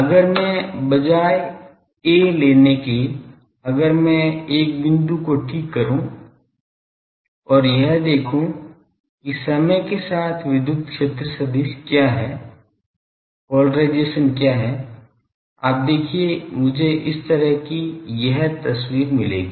अब मैं बजाय अगर a लेने के अगर मैं एक बिंदु को ठीक करूं और यह देखूं कि समय के साथ विद्युत क्षेत्र सदिश क्या है पोलराइजेशन क्या है आप देखिए मुझे इस तरह की एक तस्वीर मिलेगी